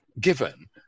given